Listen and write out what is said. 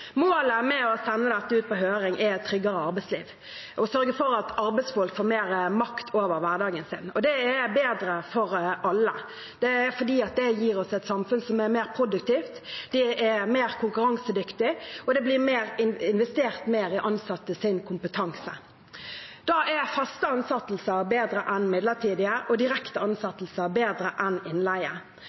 Målet med å sende dette ut på høring er et tryggere arbeidsliv og å sørge for at arbeidsfolk får mer makt over hverdagen sin. Det er bedre for alle, fordi det gir oss et samfunn som er mer produktivt, det er mer konkurransedyktig, og det blir investert mer i ansattes kompetanse. Da er faste ansettelser bedre enn midlertidige og direkte ansettelser bedre enn innleie.